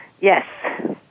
yes